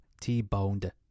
T-boned